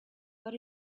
what